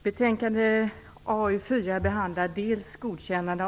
Herr talman!